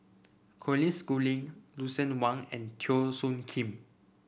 Colin Schooling Lucien Wang and Teo Soon Kim